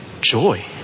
Joy